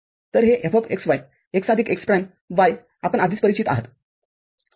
तर हे Fxy x आदिक x प्राईमy आपण आधीच परिचित आहात